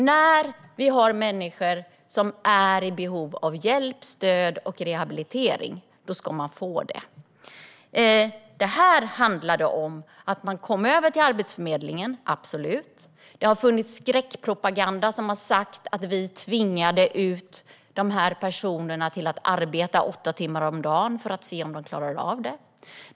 När människor har behov av hjälp, stöd och rehabilitering ska de få det. Det handlade om att man kom över till Arbetsförmedlingen - absolut. Det har funnits skräckpropaganda som sagt att vi tvingade ut personer att arbeta åtta timmar om dagen för att se om de klarade av det.